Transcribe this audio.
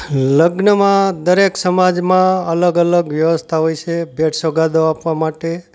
લગ્નમાં દરેક સમાજમાં અલગ અલગ વ્યવસ્થા હોય છે ભેટ સોગાદો આપવા માટે